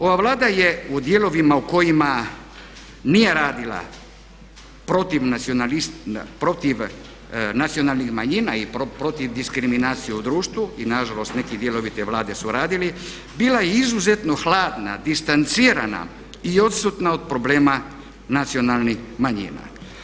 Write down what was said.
Ova Vlada je u dijelovima u kojima nije radila protiv nacionalnih manjina i protiv diskriminacije u društvu i nažalost neki dijelovi te Vlade su radili bila izuzetno hladna, distancirana i odsutna od problema nacionalnih manjina.